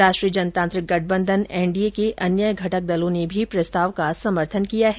राष्ट्रीय जनतांत्रिक गठबंधन एनडीए के अन्य घटक दलों ने भी प्रस्ताव का समर्थन किया है